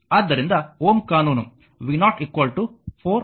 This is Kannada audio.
ಆದ್ದರಿಂದ Ω ಕಾನೂನು v0 4 i 0 ಎಂದು ಹೇಳುತ್ತದೆ